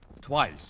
Twice